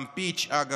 גם פיץ', אגב,